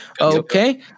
Okay